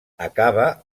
acaba